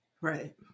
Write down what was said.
Right